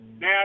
Now